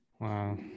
Wow